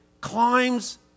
climbs